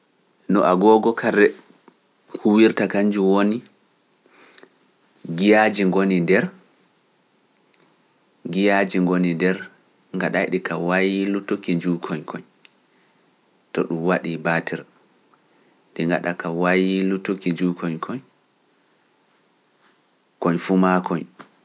No agoogo ka re- huwirta kannjum woni, giyaaji ngoni nder, giyaaji ngoni nder ngaɗayɗe ka waylutuki njuukoy koy, to ɗum waɗii baatir, ɗi ngaɗa ka waylutuki njuukoy koy, koy fuu maa koy.